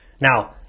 Now